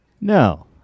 No